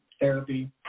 therapy